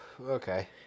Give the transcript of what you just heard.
Okay